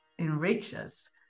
Enriches